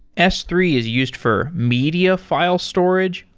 s three is used for media file storage,